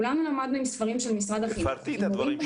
כולנו למדנו עם ספרים של משרד החינוך --- סליחה,